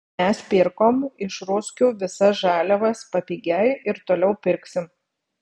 mes pirkom iš ruskių visas žaliavas papigiai ir toliau pirksim